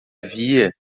via